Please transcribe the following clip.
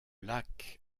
lac